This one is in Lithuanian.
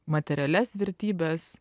materialias vertybes